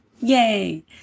Yay